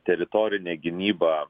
teritorinę gynybą